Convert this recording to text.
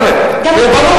בלגן, חבר'ה.